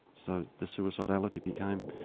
so the suicidality became,